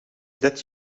that